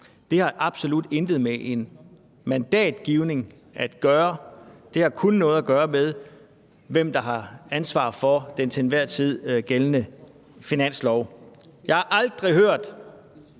Det har absolut intet med en mandatgivning at gøre, det har kun noget at gøre med, hvem der har ansvar for den til enhver tid gældende finanslov. Jeg har aldrig hørt,